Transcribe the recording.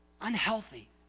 unhealthy